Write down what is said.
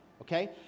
Okay